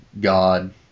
God